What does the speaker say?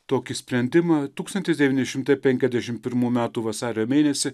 tokį sprendimą tūkstantis devyni šimtai penkiasdešimt pirmų metų vasario mėnesį